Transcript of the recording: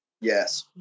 Yes